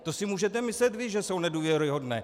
To si můžete myslet vy, že jsou nedůvěryhodné.